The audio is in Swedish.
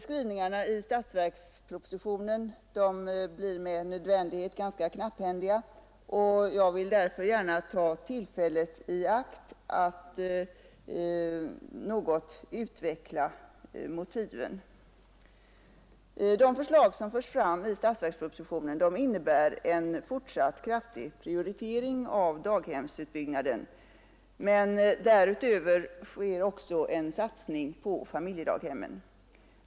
Skrivningarna i statsverkspropositionen blir med nödvändighet ganska knapphändiga, och jag vill därför gärna ta tillfället i akt att något utveckla motiven. De förslag som förs fram i statsverkspropositionen innebär en fortsatt kraftig prioritering av daghemstutbyggnaden, men därutöver sker också satsning på familjedaghemmen.